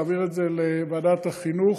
להעביר את זה לוועדת החינוך,